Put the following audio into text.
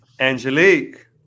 Angelique